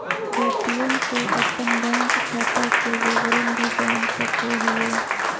ATM से अपन bank खाता के विवरण भी जान सको हिये